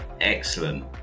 excellent